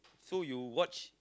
so you watch